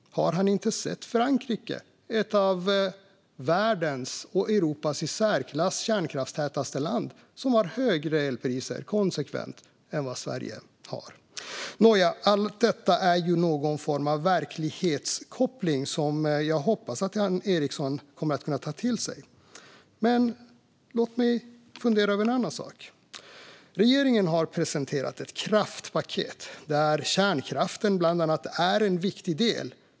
Har han inte sett hur Frankrike, ett av världens kärnkraftstätaste länder och Europas i särklass kärnkraftstätaste land, konsekvent har högre elpriser än vad Sverige har? Nåja - allt detta är ju någon form av verklighetskoppling som jag hoppas att Jan Ericson kommer att kunna ta till sig. Men låt mig fundera över en annan sak. Regeringen har presenterat ett kraftpaket, där bland annat kärnkraften är en viktig del.